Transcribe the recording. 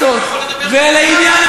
תמיד, וזה תמיד יהיה שלנו.